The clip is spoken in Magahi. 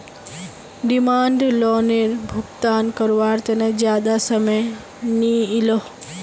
डिमांड लोअनेर भुगतान कारवार तने ज्यादा समय नि इलोह